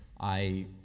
i